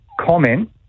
comment